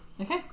Okay